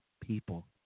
people